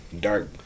dark